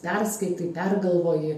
perskaitai pergalvoji